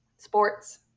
sports